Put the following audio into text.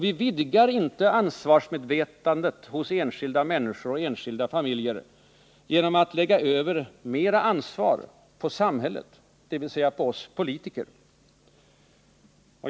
Vi vidgar inte ansvarsmedvetandet hos enskilda människor och enskilda familjer genom att lägga över mera ansvar på samhället, dvs. på oss politiker.